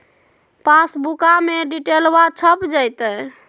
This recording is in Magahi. पासबुका में डिटेल्बा छप जयते?